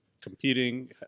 competing